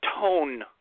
tone